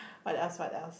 what else what else